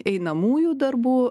einamųjų darbų